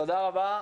4 נגד,